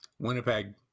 Winnipeg